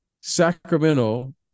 Sacramento